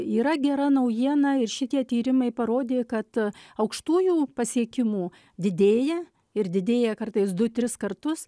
yra gera naujiena ir šitie tyrimai parodė kad aukštųjų pasiekimų didėja ir didėja kartais du tris kartus